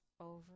over